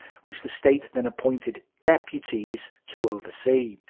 which the state then appointed deputies to oversee.